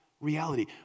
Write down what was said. reality